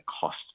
cost